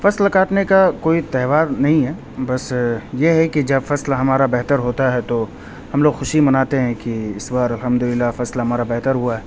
فصل کاٹنے کا کوئی تہوار نہیں ہے بس یہ ہے کہ جب فصل ہمارا بہتر ہوتا ہے تو ہم لوگ خوشی مناتے ہیں کہ اس بار الحمد اللہ فصل ہمارا بہتر ہوا ہے